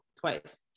twice